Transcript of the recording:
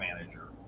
manager